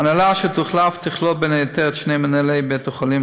ההנהלה שתוחלף תכלול בין היתר את שני מנהלי בית-החולים,